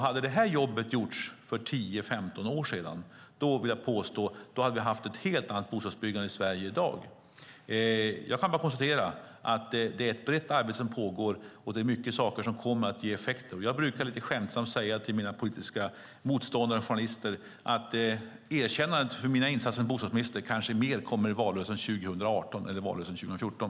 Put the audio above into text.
Hade jobbet gjorts för 10-15 år sedan hade vi haft ett helt annat bostadsbyggande i Sverige i dag. Det är ett brett arbete som pågår, och det är mycket saker som kommer att ge effekter. Jag brukar lite skämtsamt säga till mina politiska motståndare och till journalister att erkännandet av mina insatser som bostadsminister nog snarare kommer under valrörelsen 2018 än under valrörelsen 2014.